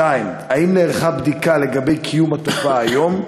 2. האם נערכה בדיקה לגבי קיום התופעה היום?